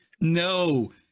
No